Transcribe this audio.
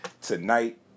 tonight